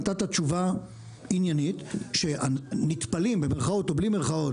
נתת תשובה עניינית ש"נטפלים" עם מרכאות או בלי מרכאות